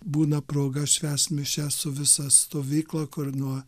būna proga švęs mišias su visa stovykla kur nuo